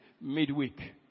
midweek